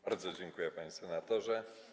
Bardzo dziękuję, panie senatorze.